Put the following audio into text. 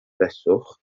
beswch